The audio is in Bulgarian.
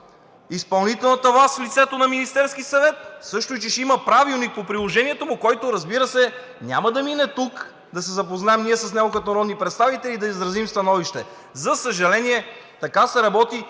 изпълнителната власт в лицето на Министерския съвет, а също, че ще има правилник по приложението му, който, разбира се, няма да мине тук, да се запознаем с него като народни представители и да изразим становище. За съжаление, така се работи